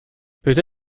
peut